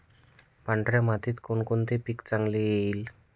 पांढऱ्या मातीत कोणकोणते पीक चांगले येईल?